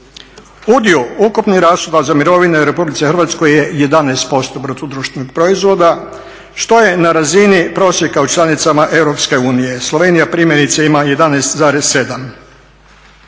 Udio ukupnih rashoda za mirovine u Republici Hrvatskoj je 11% BDP-a što je na razini prosjeka u članicama Europske unije, Slovenija primjerice ima 11,7.